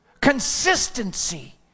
Consistency